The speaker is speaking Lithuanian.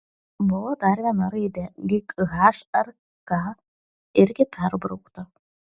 buvo dar viena raidė lyg h ar k irgi perbraukta